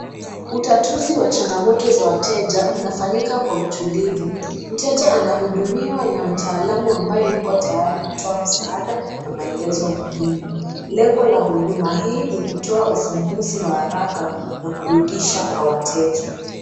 Utatuzi wa changamoto za wateja unafanyika kwa utulivu. Mteja anahudumiwa na mtaalamu ambaye yuko tayari kutoa msaada na maelezo muhimu. Lengo la huduma hii ni kutoa uvumbuzi wa haraka na kuridhisha kwa wateja.